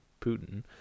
Putin